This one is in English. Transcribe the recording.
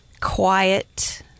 quiet